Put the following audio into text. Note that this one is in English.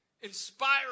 inspiring